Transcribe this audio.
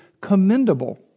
commendable